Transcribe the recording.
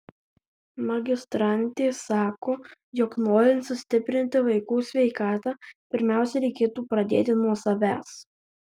magistrantė sako jog norint sustiprinti vaikų sveikatą pirmiausia reikėtų pradėti nuo savęs